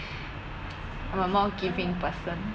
I'm a more giving person